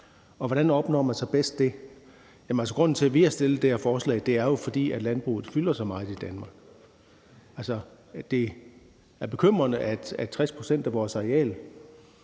og hvordan opnår man det så bedst? Grunden til, at vi har fremsat det her forslag, er jo, at landbruget fylder så meget i Danmark. Altså, det er bekymrende, at 60 pct. af vores areal